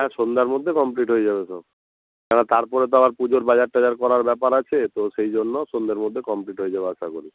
হ্যাঁ সন্ধ্যার মধ্যে কমপ্লিট হয়ে যাবে সব কেন তারপরে তো আবার পুজোর বাজার টাজার করার ব্যাপার আছে তো সেই জন্য সন্ধের মধ্যে কমপ্লিট হয়ে যাবে আশা করি